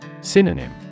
Synonym